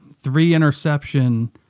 three-interception